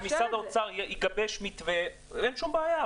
-- ומשרד האוצר יגבש מתווה אין שום בעיה.